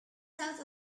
south